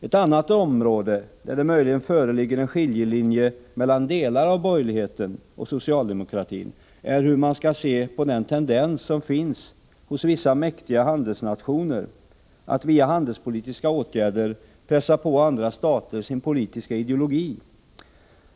En annan fråga där det möjligen föreligger en skiljelinje mellan delar av borgerligheten och socialdemokratin är hur man skall se på den tendens som finns hos vissa mäktiga handelsnationer att via handelspolitiska åtgärder pressa på andra stater sin politiska ideologi.